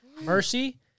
Mercy